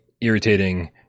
irritating